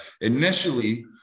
initially